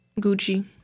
Gucci